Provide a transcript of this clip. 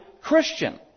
Christian